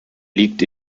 liegt